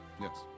Yes